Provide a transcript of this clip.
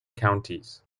counties